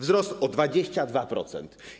Wzrost o 22%.